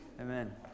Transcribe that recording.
Amen